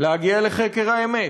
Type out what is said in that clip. להגיע לחקר האמת.